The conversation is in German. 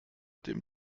dem